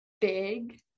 big